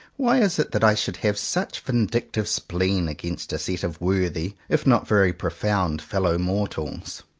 why is it that i should have such vindictive spleen against a set of worthy, if not very profound, fellow-mor tals?